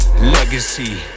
legacy